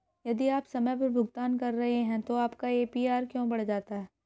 यदि आप समय पर भुगतान कर रहे हैं तो आपका ए.पी.आर क्यों बढ़ जाता है?